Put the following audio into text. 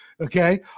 Okay